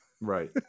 Right